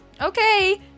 Okay